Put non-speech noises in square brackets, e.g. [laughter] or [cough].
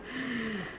[breath]